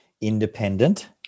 independent